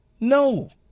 No